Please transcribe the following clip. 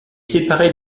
séparé